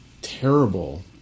terrible